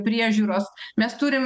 priežiūros mes turim